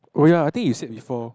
oh ya I think you said before